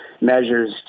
measures